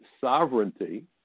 sovereignty